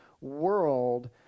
world